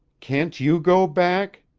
can't you go back?